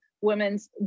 Women's